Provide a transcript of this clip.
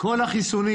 כל החיסונים